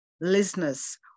listeners